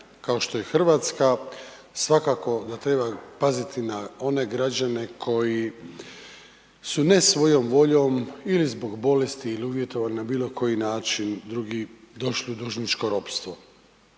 kao što je Hrvatska svakako da treba paziti na one građane koji su ne svojom boljom ili zbog bolesti ili uvjetovani na bilo koji način drugi došli u dužničko ropstvo.